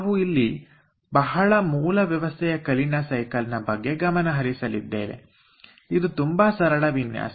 ನಾವು ಇಲ್ಲಿ ಬಹಳಮೂಲ ವ್ಯವಸ್ಥೆಯ ಕಲೀನಾ ಸೈಕಲ್ ನ ಬಗ್ಗೆ ಗಮನ ಹರಿಸಲಿದ್ದೇವೆ ಇದು ತುಂಬಾ ಸರಳ ವಿನ್ಯಾಸ